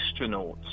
astronauts